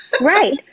right